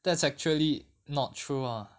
that's actually not true ah